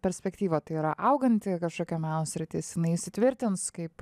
perspektyvą tai yra auganti kažkokia meno sritis jinai įsitvirtins kaip